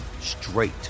straight